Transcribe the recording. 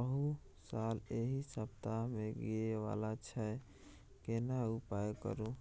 अहू साल एहि सप्ताह में गिरे वाला छैय केना उपाय करू?